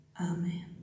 Amen